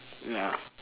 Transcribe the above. ya